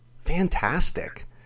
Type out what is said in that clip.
Fantastic